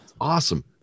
Awesome